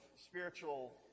spiritual